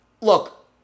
look